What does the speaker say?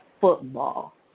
football